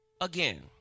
again